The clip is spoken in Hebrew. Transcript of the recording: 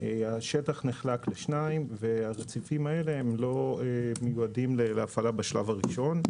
השטח נחלק לשניים והרציפים האלה לא מיועדים להפעלה בשלב הראשון.